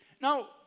Now